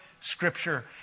Scripture